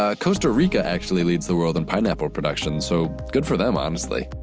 ah costa rica actually leads the world in pineapple production, so. good for them, honestly.